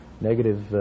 negative